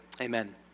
Amen